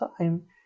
time